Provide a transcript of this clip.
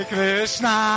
Krishna